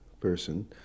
person